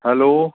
hello